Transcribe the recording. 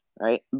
right